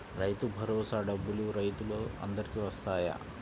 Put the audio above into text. రైతు భరోసా డబ్బులు రైతులు అందరికి వస్తాయా?